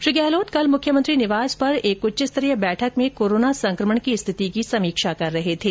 श्री गहलोत कल मुख्यमंत्री निवास पर एक उच्च स्तरीय बैठक में कोरोना संक्रमण की स्थिति की समीक्षा कर रहे थे